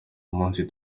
umunsi